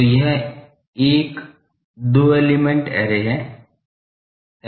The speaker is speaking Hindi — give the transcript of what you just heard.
तो यह एक दो एलीमेंट ऐरे है